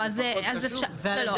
לא, לא.